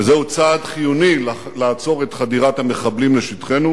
וזהו צעד חיוני לעצירת חדירת המחבלים לשטחנו